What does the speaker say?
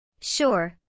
Sure